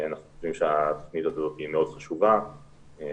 אנחנו חושבים שהתוכנית הזאת היא מאוד חשובה ולכן